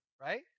Right